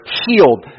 healed